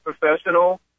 professional